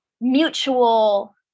mutual